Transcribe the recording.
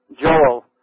Joel